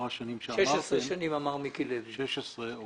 שנים שאמרתם --- אמר מיקי לוי 16 שנים.